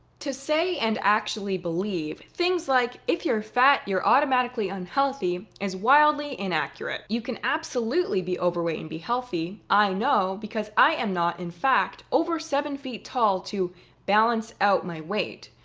to say and actually believe things like, if you're fat you're automatically unhealthy, is wildly inaccurate. you can absolutely be overweight and be healthy. i know because i am not, in fact, over seven feet tall to balance out my weight.